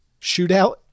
shootout